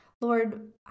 Lord